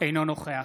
אינו נוכח